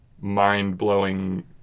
mind-blowing